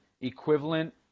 equivalent